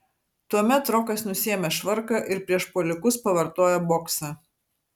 tuomet rokas nusiėmė švarką ir prieš puolikus pavartojo boksą